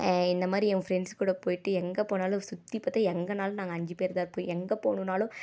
இந்தமாதிரி அவங்க ஃப்ரெண்ட்ஸ் கூடப் போயிட்டு எங்கேப் போனாலும் சுற்றி பார்த்து எங்கேனாலும் நாங்கள் அஞ்சுப் பேர் தான் இருப்போம் எங்கேப் போகணும்னாலும்